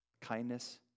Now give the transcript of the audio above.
Kindness